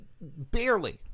barely